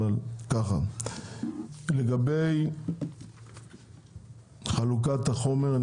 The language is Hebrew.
לגבי חלוקת החומר,